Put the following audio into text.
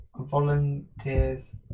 Volunteers